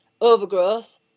overgrowth